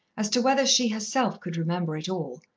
as to whether she herself could remember it all.